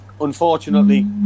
unfortunately